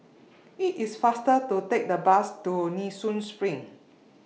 IT IS faster to Take The Bus to Nee Soon SPRING